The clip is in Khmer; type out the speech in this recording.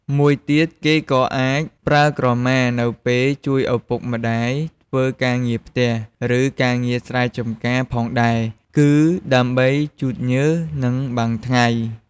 មួយទៀត គេក៏៏អាចប្រើក្រមានៅពេលជួយឪពុកម្ដាយធ្វើការងារផ្ទះ ឬ ការងារស្រែចម្ការផងដែរ គឺ ដើម្បីជូតញើស និងបាំងថ្ងៃ។